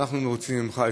אבל אנחנו מרוצים ממך.